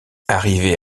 arrivé